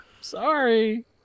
Sorry